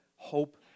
hope